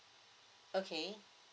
okay